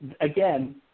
again